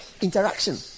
Interaction